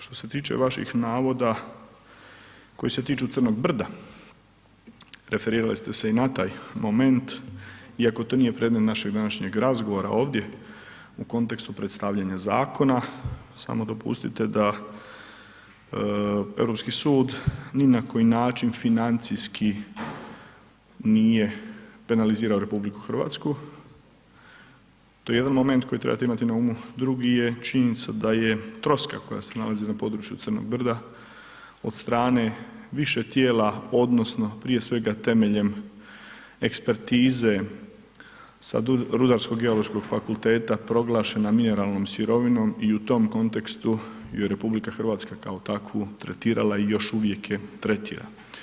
Što se tiče vaših navoda koji se tiču crnog brda, referirali ste se i na taj moment iako to nije predmet našeg današnjeg razgovora ovdje u kontekstu predstavljanja zakona, samo dopustite da Europski sud ni na koji način financijski nije penalizirao RH, to je jedan moment koji trebate imati na umu, drugu je činjenica da je troska koja se nalazi na području crnog brda od strane više tijela odnosno prije svega temeljem ekspertize sa Rudarsko geološkog fakulteta proglašena mineralnom sirovinom i u tom kontekstu ju je RH kao takvu tretirala i još uvijek je tretira.